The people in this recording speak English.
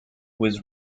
was